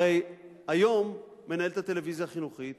הרי היום מנהלת הטלוויזיה החינוכית